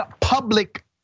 public